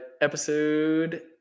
episode